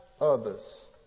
others